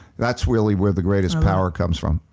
that's really where the greatest power comes from.